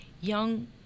young